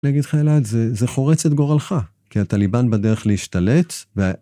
אני אגיד לך, אלעד, זה חורץ את גורלך, כי הטליבאן בדרך להשתלט, וה